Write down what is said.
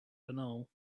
banal